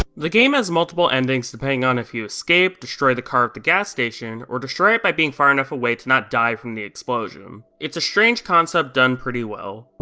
the game has multiple endings depending on if you escape, destroy the car with the gas station, or destroy it by being far enough away to not die from the explosion. it's a strange concept done pretty well.